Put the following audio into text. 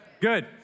Good